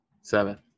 seven